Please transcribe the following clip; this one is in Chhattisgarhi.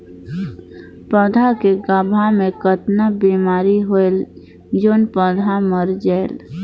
पौधा के गाभा मै कतना बिमारी होयल जोन पौधा मर जायेल?